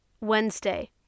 Wednesday